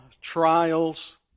trials